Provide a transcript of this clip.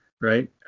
right